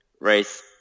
race